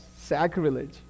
sacrilege